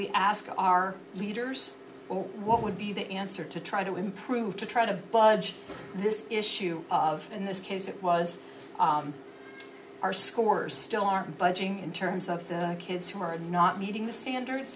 we ask our leaders what would be the answer to try to improve to try to budge this issue of in this case it was our scores still aren't budging in terms of the kids who are not meeting